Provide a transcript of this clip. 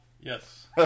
Yes